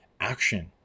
action